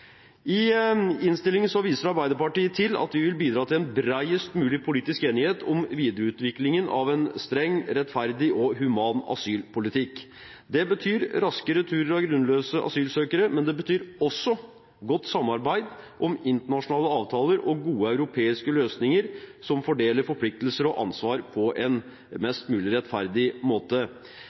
I innstillingen viser Arbeiderpartiet til at vi vil bidra til en bredest mulig politisk enighet om videreutviklingen av en streng, rettferdig og human asylpolitikk. Det betyr raske returer av grunnløse asylsøkere, men det betyr også godt samarbeid om internasjonale avtaler og gode europeiske løsninger som fordeler forpliktelser og ansvar på en mest mulig rettferdig måte.